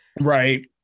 right